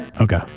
Okay